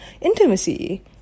intimacy